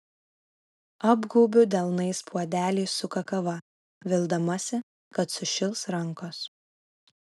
apgaubiu delnais puodelį su kakava vildamasi kad sušils rankos